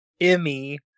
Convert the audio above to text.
emmy